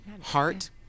heart